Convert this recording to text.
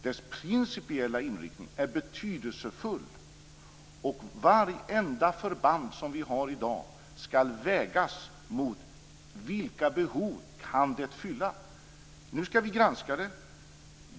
Dess principiella inriktning är betydelsefull och vartenda förband som vi har i dag skall vägas mot vilka behov de kan fylla. Nu skall vi granska detta.